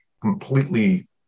completely